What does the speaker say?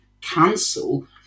cancel